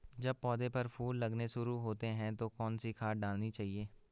जब पौधें पर फूल लगने शुरू होते हैं तो कौन सी खाद डालनी चाहिए?